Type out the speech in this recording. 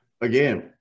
Again